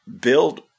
build